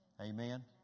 Amen